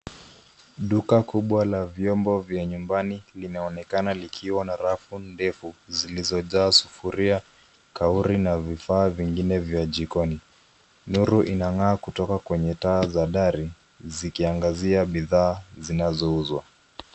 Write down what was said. Duka kubwa la vyombo vya nyumbani linaonekana likiwa na rafu ndefu zilizojaa sufuria kauri na vifaa vingine vya jikoni. Nuru ina ng'aa kutoka kwenye taa za dari zikiangazia bidhaa zinazouzwa.